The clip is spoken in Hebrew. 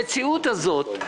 המציאות הזאת,